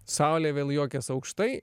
saulė vėl juokias aukštai